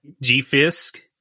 G-Fisk